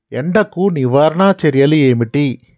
ఎండకు నివారణ చర్యలు ఏమిటి?